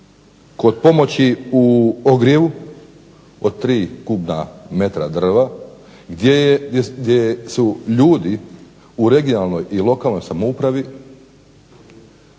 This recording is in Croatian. kod pomoći u ogrjevu od 3kubna metra drva gdje su ljudi u regionalnoj i lokalnoj samoupravi